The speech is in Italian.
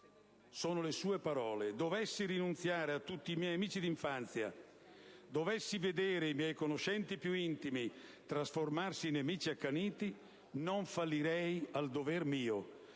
citando le sue parole: «Dovessi rinunziare a tutti i miei amici di infanzia, dovessi vedere i miei conoscenti più intimi trasformarsi in nemici accaniti, non fallirei al dover mio,